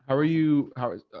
are you, how is,